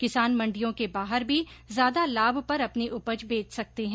किसान मंडियों के बाहर भी ज्यादा लाभ पर अपनी उपज बेच सकते हैं